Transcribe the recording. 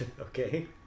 Okay